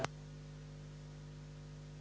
Hvala